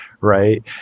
right